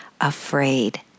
afraid